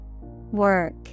Work